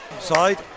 side